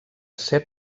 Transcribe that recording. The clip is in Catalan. set